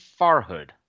farhood